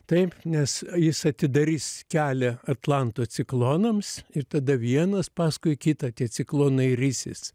taip nes jis atidarys kelią atlanto ciklonams ir tada vienas paskui kitą tie ciklonai risis